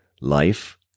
life